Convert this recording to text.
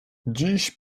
dziś